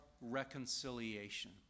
reconciliation